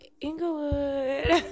Inglewood